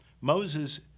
Moses